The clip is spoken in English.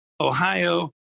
Ohio